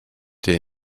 der